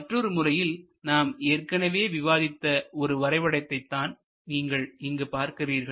மற்றொரு முறையில் நாம் ஏற்கனவே விவாதித்த ஒரு வரைபடத்தை தான் நீங்கள் இங்கு பார்க்கிறீர்கள்